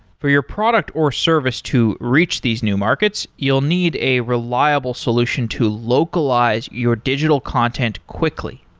for your product or service to reach these new markets, you'll need a reliable solution to localize your digital content quickly.